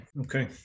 okay